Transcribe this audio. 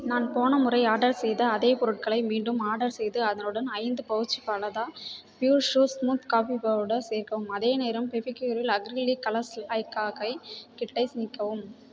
நான் போன முறை ஆர்டர் செய்த அதே பொருட்களை மீண்டும் ஆர்டர் செய்து அதனுடன் ஐந்து பவுச் பலதா pure sure smooth coffee powder சேர்க்கவும் அதேநேரம் ஃபெவிக்யூலில் அக்ரிலிக் கலர்ஸ் லைக்காகைக் கிட்டை நீக்கவும்